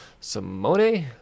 Simone